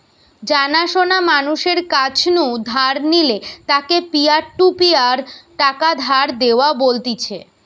জানা শোনা মানুষের কাছ নু ধার নিলে তাকে পিয়ার টু পিয়ার টাকা ধার দেওয়া বলতিছে